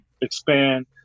expand